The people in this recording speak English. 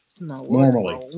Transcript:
Normally